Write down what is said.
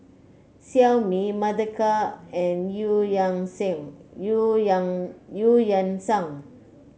Xiaomi Mothercare and Eu Yan Sim Eu Yan Eu Yan Sang